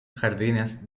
jardines